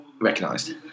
Recognised